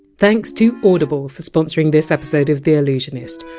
thanks to audible for sponsoring this episode of the allusionist.